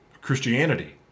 Christianity